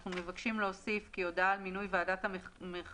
אנחנו מבקשים להוסיף כי "הודעה על מינוי ועדת המכרזים